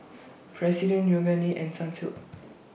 President Yoogane and Sunsilk